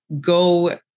go